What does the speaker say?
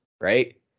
Right